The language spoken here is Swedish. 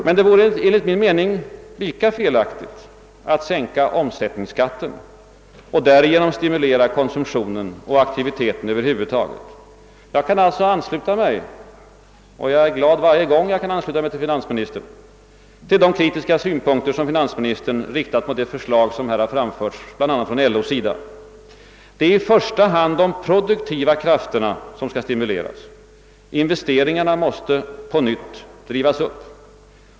Men det vore enligt min mening lika felaktigt att sänka omsättningsskatten och därigenom stimulera konsumtionen och aktiviteten över huvud taget. Jag kan alltså ansluta mig till — och jag är glad varje gång jag kan ansluta mig till finansministern — de kritiska synpunkter som finansministern anlagt på det förslag som framförts bl.a. av LO. Det är i första hand de produktiva krafterna som iskall stimuleras. Investeringarna måste på nytt drivas upp.